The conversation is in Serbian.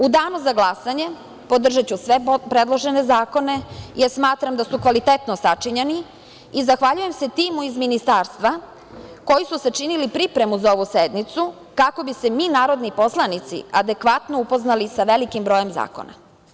U danu za glasanje podržaću sve predložene zakone jer smatram da su kvalitetno sačinjeni i zahvaljujem se timu iz ministarstva koji su sačinili pripremu za ovu sednicu kako bi se mi narodni poslanici adekvatno upoznali sa velikim brojem zakona.